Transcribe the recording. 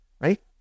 right